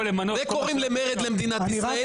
וקוראים למרד במדינת ישראל,